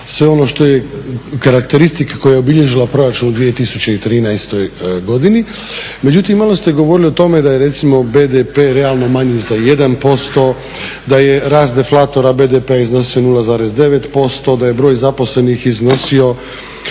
sve ono što je karakteristika koja je obilježila proračun u 2013. godini. Međutim, malo ste govorili o tome da je recimo BDP realno manji za 1%, da je rast deflatora BDP-a iznosio 0,9%, da je broj zaposlenih iznosio